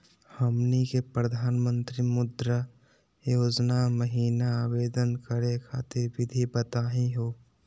हमनी के प्रधानमंत्री मुद्रा योजना महिना आवेदन करे खातीर विधि बताही हो?